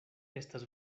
estas